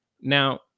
now